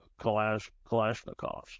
Kalashnikovs